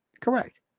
Correct